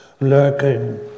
lurking